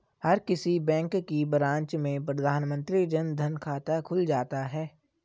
हर किसी बैंक की ब्रांच में प्रधानमंत्री जन धन खाता खुल जाता है